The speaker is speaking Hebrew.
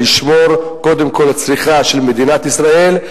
קודם כול הצריכה של מדינת ישראל,